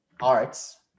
arts